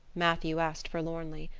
matthew asked forlornly,